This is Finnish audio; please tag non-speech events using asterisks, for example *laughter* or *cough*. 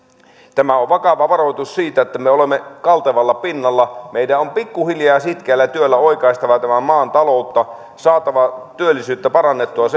tämä on vakava varoitus siitä että me olemme kaltevalla pinnalla meidän on pikkuhiljaa ja sitkeällä työllä oikaistava tämän maan taloutta saatava työllisyyttä parannettua *unintelligible*